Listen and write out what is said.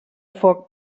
foc